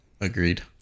Agreed